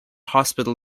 hospital